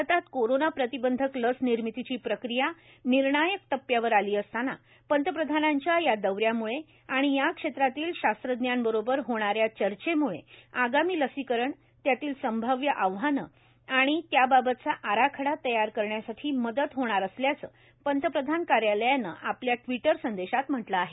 भारतात कोरोना प्रतिबंधक लस निर्मितीची प्रक्रिया निर्णायक टप्प्यावर आली असताना पंतप्रधानांच्या या दौऱ्यामुळे आणि या क्षेत्रातील शास्त्रज्ञांबरोबर होणाऱ्या चर्चेम्ळे आगामी लसीकरण त्यातील संभाव्य आव्हानं आणि त्याबाबतचा आराखडा तयार करण्यासाठी मदत होणार असल्याचं पंतप्रधान कार्यालयानं आपल्या ट्वीटर संदेशात म्हंटल आहे